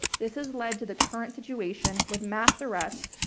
this has led to the current situation, with mass arrests